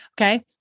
Okay